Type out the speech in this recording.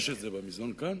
יש במזנון, כאן?